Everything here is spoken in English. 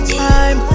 time